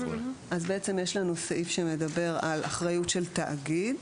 אז יש סעיף שמדבר על אחריות של תאגיד,